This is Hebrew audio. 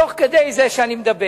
ותוך כדי דבריו